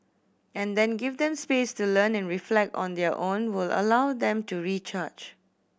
and then give them space to learn and reflect on their own will allow them to recharge